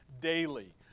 daily